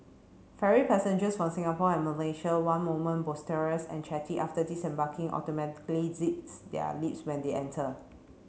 ferry passengers from Singapore and Malaysia one moment boisterous and chatty after disembarking automatically zips their lips when they enter